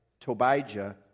Tobijah